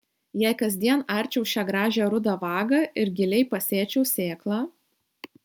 jei kasdien arčiau šią gražią rudą vagą ir giliai pasėčiau sėklą